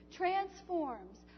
transforms